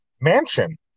mansion